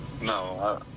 No